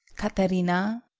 katherina.